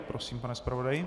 Prosím, pane zpravodaji.